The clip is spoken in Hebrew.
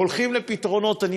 הולכים לפתרונות בנושא הדיור,